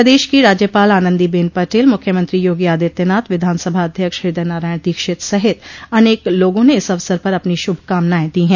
प्रदेश की राज्यपाल आनंदी बेन पटेल मुख्यमंत्री योगी आदित्यनाथ विधानसभा अध्यक्ष हृदय नारायण दीक्षित सहित अनेक लोगों ने इस अवसर पर अपनी शुभ कामनाएं दी हैं